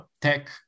tech